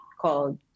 called